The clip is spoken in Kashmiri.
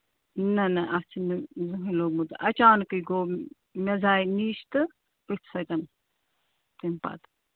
نہ نہ اَتھ چھُنہٕ یہِ زٕہٕنۍ گوٚمُت اَچانکٕے گوٚو مےٚ زاے نِچ تہٕ أتھۍ سۭتۍ تمہِ پَتہٕ